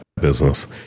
business